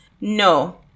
No